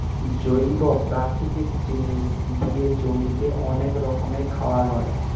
জৈব প্রাকৃতিক জিনিস দিয়ে জমিতে অনেক রকমের খাবার হয়